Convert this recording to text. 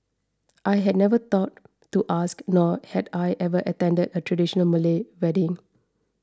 I had never thought to ask nor had I ever attended a traditional Malay wedding